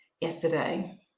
yesterday